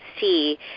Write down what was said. see